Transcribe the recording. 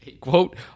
Quote